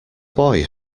boy